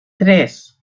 tres